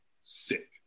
sick